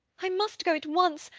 i must go at once!